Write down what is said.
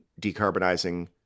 decarbonizing